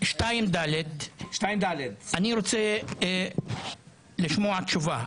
2(ד), אני רוצה לשמוע תשובה.